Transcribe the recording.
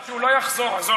לא,